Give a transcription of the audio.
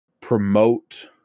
promote